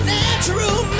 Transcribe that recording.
natural